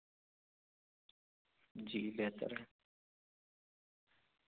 جی بہتر ہے